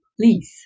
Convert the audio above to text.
please